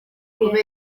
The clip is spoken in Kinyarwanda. kubera